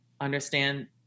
understand